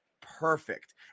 perfect